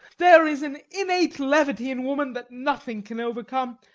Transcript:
there is an innate levity in woman, that nothing can overcome